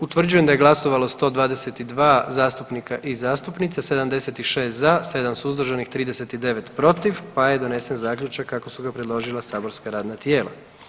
Utvrđujem da je glasovalo 122 zastupnika i zastupnice, 76 za, 7 suzdržanih, 39 protiv pa je donesen zaključak kako su ga predložila saborska radna tijela.